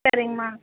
சரிங்கம்மா